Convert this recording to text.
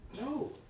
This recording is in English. No